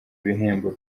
ibihembo